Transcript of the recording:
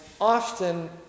often